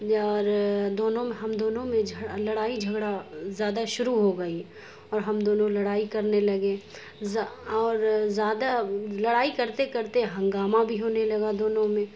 یار دونوں میں ہم دونوں میں لڑائی جھگڑا زیادہ شروع ہو گئی اور ہم دونوں لڑائی کرنے لگے اور زیادہ لڑائی کرتے کرتے ہنگامہ بھی ہونے لگا دونوں میں